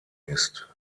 ist